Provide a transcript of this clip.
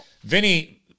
Vinny